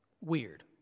Weird